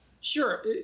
sure